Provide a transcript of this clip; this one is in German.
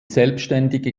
selbständige